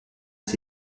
est